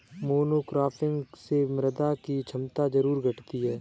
monocropping से मृदा की क्षमता जरूर घटती है